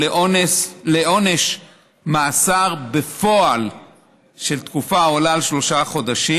לעונש מאסר בפועל של תקופה העולה על שלושה חודשים,